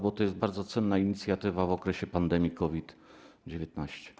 Bo to jest bardzo cenna inicjatywa w okresie pandemii COVID-19.